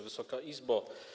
Wysoka Izbo!